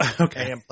Okay